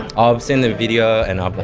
i've seen the video and but